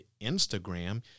Instagram